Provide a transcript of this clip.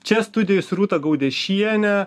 čia studijoj su rūta gaudiešiene